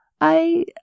I